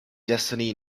destiny